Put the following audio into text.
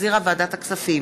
שהחזירה ועדת הכספים,